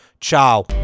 Ciao